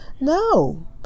No